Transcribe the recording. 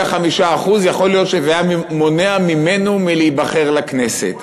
5% יכול להיות שזה היה מונע ממנו להיבחר לכנסת.